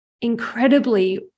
incredibly